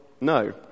no